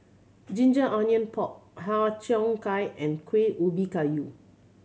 ginger onion pork Har Cheong Gai and Kuih Ubi Kayu